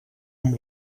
amb